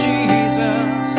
Jesus